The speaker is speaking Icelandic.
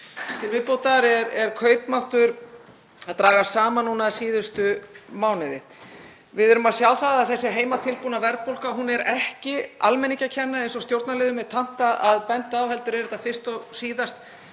Til viðbótar hefur kaupmáttur verið að dragast saman síðustu mánuði. Við erum að sjá að þessi heimatilbúna verðbólga er ekki almenningi að kenna, eins og stjórnarliðum er tamt að benda á, heldur er þetta fyrst og síðast